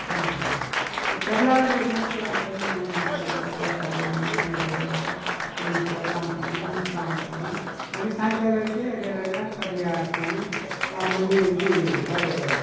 పండుకుంటాము తెల్లారి లేచినామంటే ఎవరు పనికి మేము పనికి పోతూ ఉంటాము నేను స్నేహితుగాళ్ళం అంతా పనికి పోతూ ఉంటాము వస్తూ ఉంటాము మళ్లీ సాయంకాలం అయితే అది ఎలాగా కబడి ఆడుతాము మళ్లీ ఇది వాలీబాల్ ఆడతాము